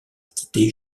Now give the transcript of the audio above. quittait